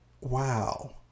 wow